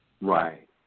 Right